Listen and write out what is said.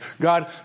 God